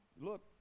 look